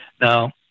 Now